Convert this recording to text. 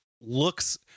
looks